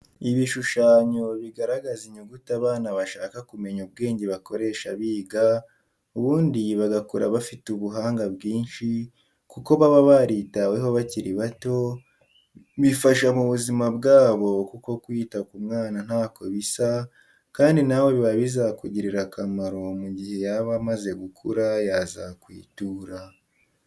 Ibishushanyo bigaragaza inyuguti abana bashaka kumenya ubwenge bakoresha biga, ubundi bagakura bafite ubuhanga bwinshi kuko baba baritaweho bakiri bato, bifasha mu buzima bwabo kuko kwita ku mwana ntako bisa kandi nawe biba bizakugirira akamaro mu gihe yaba amaze gukura yazakwitura.